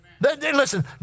listen